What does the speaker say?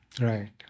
Right